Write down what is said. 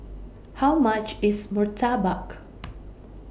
How much IS Murtabak